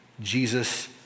Jesus